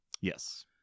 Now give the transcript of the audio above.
Yes